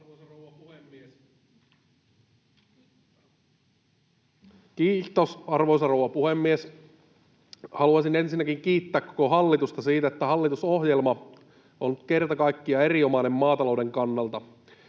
17:55 Content: Kiitos, arvoisa rouva puhemies! Haluaisin ensinnäkin kiittää koko hallitusta siitä, että hallitusohjelma on kerta kaikkiaan erinomainen maatalouden kannalta.